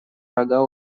рога